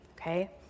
Okay